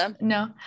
no